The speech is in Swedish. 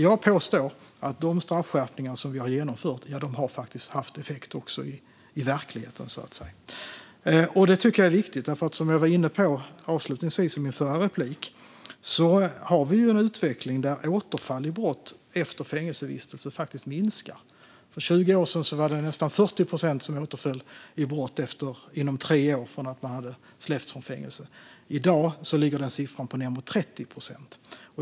Jag påstår att de straffskärpningar som vi har genomfört faktiskt har haft effekt också i verkligheten, så att säga. Detta tycker jag är viktigt. Som jag var inne på avslutningsvis i mitt förra anförande har vi en utveckling där återfallen i brott efter fängelsevistelse faktiskt minskar. För 20 år sedan var det nästan 40 procent som återföll i brott inom tre år från att de släppts ut ur fängelset. I dag ligger den siffran på ned mot 30 procent.